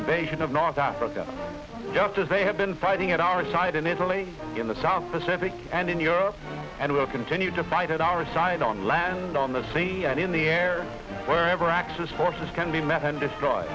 invasion of north africa just as they have been fighting at our side in italy in the south pacific and in europe and will continue to fight at our side on land on the scene and in the air where ever axis forces can be met and destroy